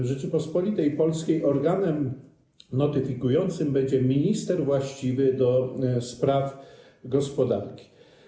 W Rzeczypospolitej Polskiej organem notyfikującym będzie minister właściwy do spraw gospodarki.